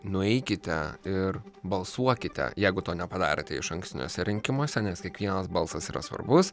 nueikite ir balsuokite jeigu to nepadarėte išankstiniuose rinkimuose nes kiekvienas balsas yra svarbus